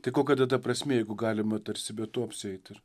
tai kokia tada prasmė jeigu galima tarsi be to apsieit ir